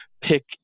pick